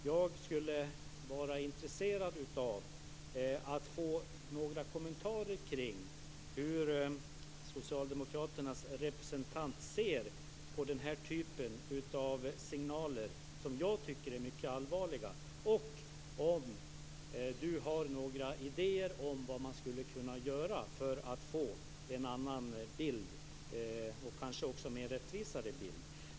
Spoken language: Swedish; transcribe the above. Jag är intresserad av att få några kommentarer kring hur socialdemokraternas representant ser på den här typen av signaler, som jag tycker är mycket allvarliga, och om Catherine Persson har några idéer om vad som skulle kunna göras för att vi skall få en annan bild, och kanske också en mer rättvis bild.